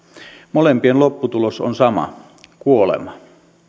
molempien lopputulos on sama kuolema